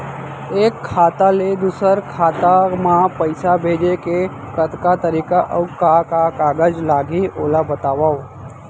एक खाता ले दूसर खाता मा पइसा भेजे के कतका तरीका अऊ का का कागज लागही ओला बतावव?